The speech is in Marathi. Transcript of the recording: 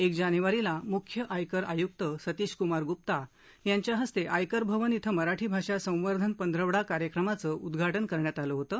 एक जानेवारीला मुख्य आयकर आयुक्त सतिश कुमार गुप्ता यांच्या हस्ते आयकर भवन इथं मराठी भाषा संवर्धन पंधरवडा कार्यक्रमाचं उद्घघाटन करण्यात आलं होतं